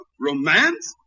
romance